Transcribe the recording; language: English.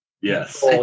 yes